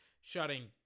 Shutting